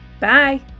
Bye